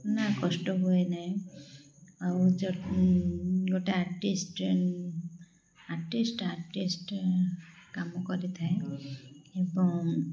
ନା କଷ୍ଟ ହୁଏ ନାହିଁ ଆଉ ଗୋଟେ ଆର୍ଟିଷ୍ଟ ଆର୍ଟିଷ୍ଟ ଆର୍ଟିଷ୍ଟ କାମ କରିଥାଏ ଏବଂ